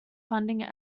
funding